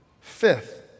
Fifth